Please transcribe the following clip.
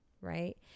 right